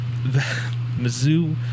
Mizzou